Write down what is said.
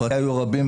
פרטיה היו רבים,